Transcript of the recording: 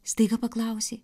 staiga paklausė